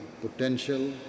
potential